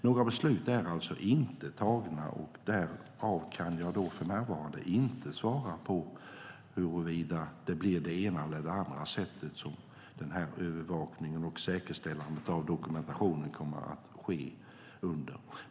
Några beslut är alltså inte fattade, och därför kan jag för närvarande inte svara huruvida det blir på det ena eller det andra sättet som denna övervakning och säkerställandet av dokumentationen kommer att ske.